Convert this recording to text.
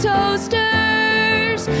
Toasters